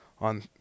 on